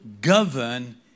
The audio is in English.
govern